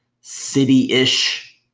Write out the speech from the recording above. city-ish